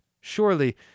Surely